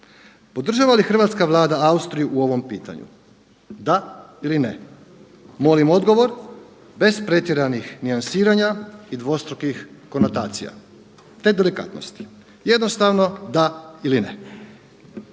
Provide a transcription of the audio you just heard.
Podržava li hrvatska Vlada Austriju u ovom pitanju? Da ili ne? Molim odgovor bez pretjeranih nijansiranja i dvostrukih konotacija te delikatnosti. Jednostavno da ili ne.